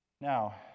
Now